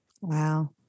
Wow